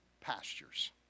pastures